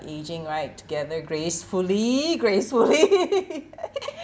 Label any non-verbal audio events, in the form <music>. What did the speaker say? aging right together gracefully gracefully <laughs>